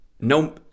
No